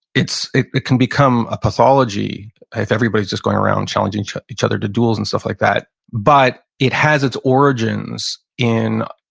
it it can become a pathology if everybody's just going around challenging each other to duels and stuff like that. but it has its origins in,